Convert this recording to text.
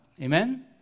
Amen